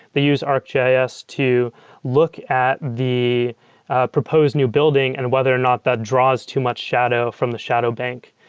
they use arcgis to look at the proposed new building and whether or not that draws too much shadow from the shadow bank.